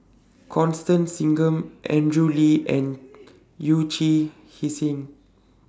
Constance Singam Andrew Lee and Yee Chia Hsing